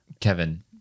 Kevin